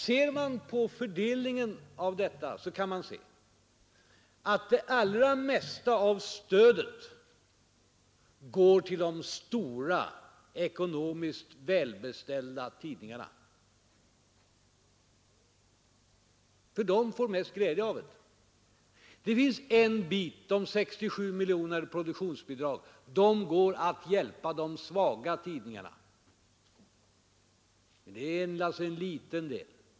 Studerar man fördelningen av stödet kan man se, att det allra mesta av det går till de stora ekonomiskt välbeställda tidningarna. De får den största glädjen av det. En del av stödet — de 67 miljonerna i produktionsbidrag — utgår som hjälp till de svaga tidningarna, men det är endast en liten del.